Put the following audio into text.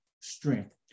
strength